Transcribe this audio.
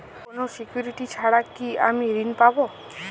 কোনো সিকুরিটি ছাড়া কি আমি ঋণ পাবো?